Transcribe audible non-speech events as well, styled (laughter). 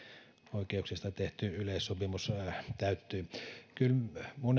oikeuksista tehty yleissopimus täyttyy kyllä minun (unintelligible)